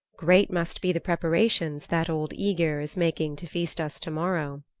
great must be the preparations that old aegir is making to feast us tomorrow.